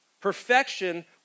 Perfection